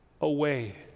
away